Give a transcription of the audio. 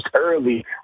early